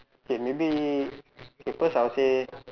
okay maybe okay first I will say